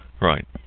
right